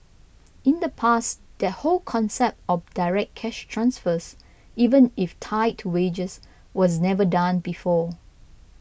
in the past that whole concept of direct cash transfers even if tied to wages was never done before